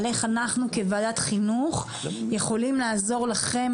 על איך אנחנו כוועדת חינוך יכולים לעזור לכם